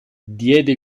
diede